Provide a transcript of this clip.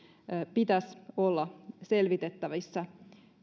pitäisi olla selvitettävissä